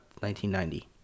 1990